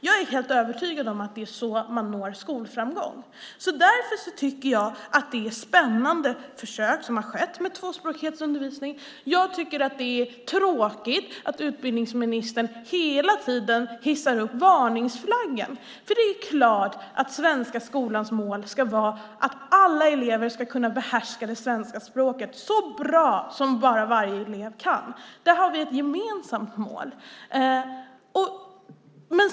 Jag är helt övertygad om att det är så man når skolframgång. Därför tycker jag att det är spännande försök som har gjorts med tvåspråkighetsundervisning. Jag tycker att det är tråkigt att utbildningsministern hela tiden hissar varningsflagg. Det är klart att den svenska skolans mål ska vara att alla elever ska behärska det svenska språket så bra som de kan. Där har vi ett gemensamt mål.